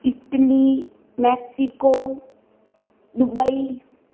Italy Mexico Dubai